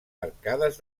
arcades